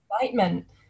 excitement